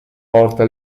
porta